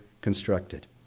constructed